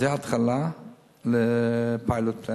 זו התחלה של פיילוט.